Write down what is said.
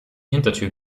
hintertür